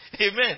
Amen